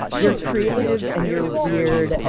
you're creative, and you're weird,